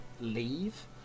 leave